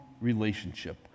relationship